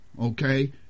Okay